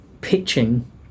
pitching